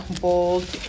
bold